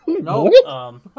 No